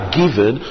given